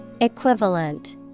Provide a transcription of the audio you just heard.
Equivalent